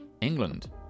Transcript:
England